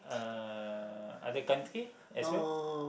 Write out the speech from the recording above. uh other country as well